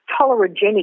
tolerogenic